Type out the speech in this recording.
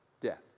Death